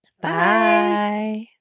Bye